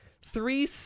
three